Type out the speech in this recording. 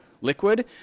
liquid